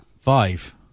Five